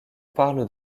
parle